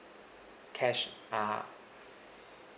cash ah